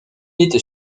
était